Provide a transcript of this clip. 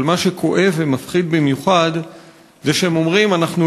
אבל מה שכואב ומפחיד במיוחד זה שהם אומרים: אנחנו